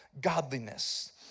godliness